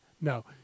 No